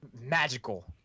magical